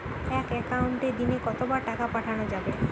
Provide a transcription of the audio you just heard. এক একাউন্টে দিনে কতবার টাকা পাঠানো যাবে?